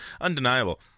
undeniable